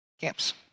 camps